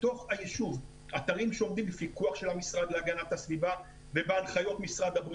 אתרים שעומדים בפיקוח של המשרד להגנת הסביבה ובהנחיות משרד הבריאות.